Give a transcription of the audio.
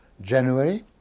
January